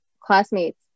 classmates